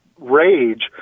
rage